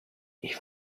even